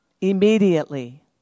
immediately